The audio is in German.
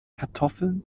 kartoffeln